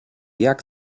jak